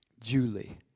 Julie